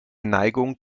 neigung